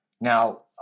Now